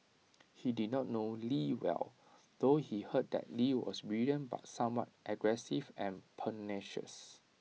he did not know lee well though he heard that lee was brilliant but somewhat aggressive and pugnacious